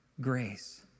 grace